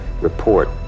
report